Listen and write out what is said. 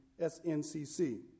SNCC